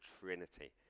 Trinity